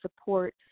support